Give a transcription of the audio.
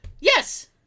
Yes